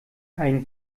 ein